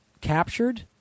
captured